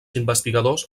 investigadors